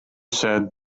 said